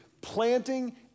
planting